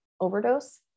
overdose